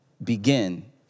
begin